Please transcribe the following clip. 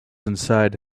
inside